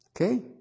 Okay